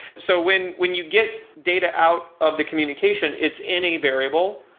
so when when you get data out of the communication, it's in a variable,